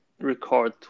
record